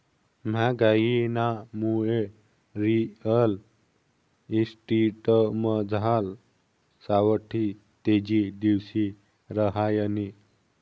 म्हागाईनामुये रिअल इस्टेटमझार सावठी तेजी दिवशी रहायनी